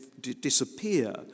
disappear